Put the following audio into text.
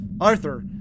Arthur